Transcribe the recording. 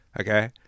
okay